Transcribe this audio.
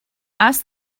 ask